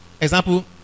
Example